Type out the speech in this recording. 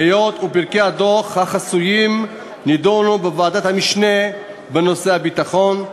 היות שפרקי הדוח החסויים נדונו בוועדת המשנה לנושא הביטחון,